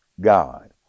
God